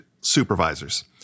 supervisors